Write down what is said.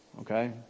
Okay